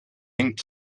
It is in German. hängt